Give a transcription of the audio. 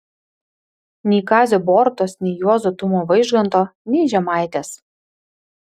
nei kazio borutos nei juozo tumo vaižganto nei žemaitės